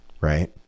right